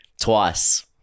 Twice